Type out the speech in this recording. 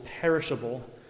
perishable